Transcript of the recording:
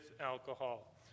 alcohol